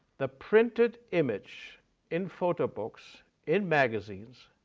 the printed image in photo books, in magazines,